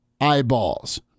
eyeballs